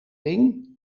ring